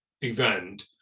event